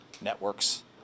networks